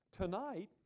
Tonight